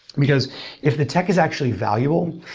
because if the tech is actually valuable,